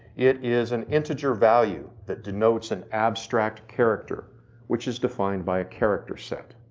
it is an integer value that denotes an abstract character which is defined by a character set.